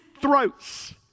throats